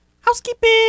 housekeeping